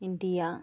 India